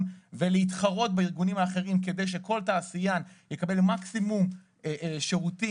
ולהתחרות בארגונים האחרים כדי שכל תעשיין יקבל מקסימום שירותים